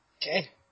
Okay